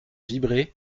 vibraient